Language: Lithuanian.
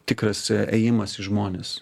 tikras ėjimas į žmones